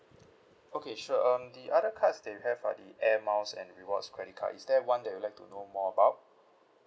okay sure um the other cards that we have are the air miles and rewards credit card is there one that you'd like to know more about